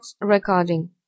recording